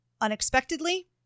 unexpectedly